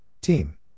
Team